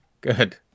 Good